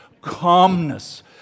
calmness